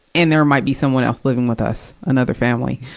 and there might be someone else living with us, another family.